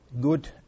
Good